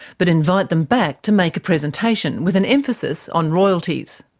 but invite them back to make a presentation, with an emphasis on royalties.